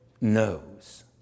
knows